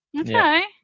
Okay